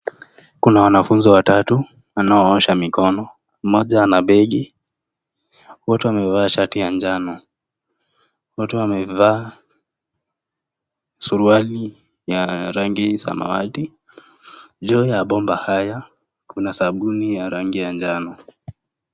Kuna wanafunzi watatu wanao osha mikono mmoja ana begi wote wamevaa shati ya njano, wote wamevaa suruali ya rangi samawati. Juu ya bomba haya kuna sabuni ya rangi ya njano.